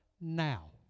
now